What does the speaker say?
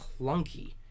clunky